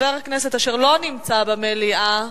וחבר כנסת שלא נמצא במליאה,